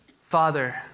Father